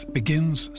begins